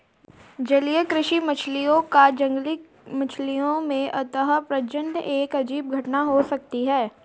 जलीय कृषि मछलियों का जंगली मछलियों में अंतःप्रजनन एक अजीब घटना हो सकती है